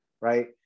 right